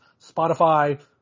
Spotify